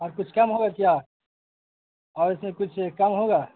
کچھ کم ہوگا کیا اور اس میں کچھ کم ہوگا